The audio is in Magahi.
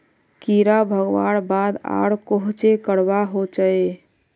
कीड़ा भगवार बाद आर कोहचे करवा होचए?